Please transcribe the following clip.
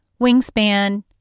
Wingspan